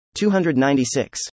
296